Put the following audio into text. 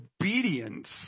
obedience